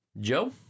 Joe